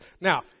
Now